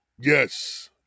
Yes